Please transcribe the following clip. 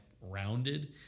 rounded